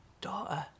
daughter